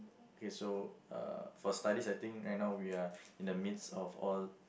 K so uh for studies I think right now we are in the midst of all